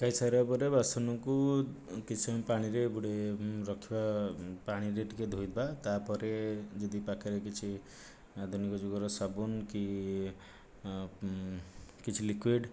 ଖାଇସାରିବା ପରେ ବାସନକୁ କିଛି ସମୟ ପାଣିରେ ବୁଡ଼େଇ ରଖିବା ପାଣିରେ ଟିକିଏ ଧୋଇବା ତା'ପରେ ଯଦି ପାଖରେ କିଛି ଆଧୁନିକ ଯୁଗର ସାବୁନ୍ କି କିଛି ଲିକୁଇଡ଼୍